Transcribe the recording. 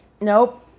Nope